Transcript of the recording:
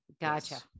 gotcha